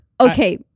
okay